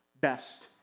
best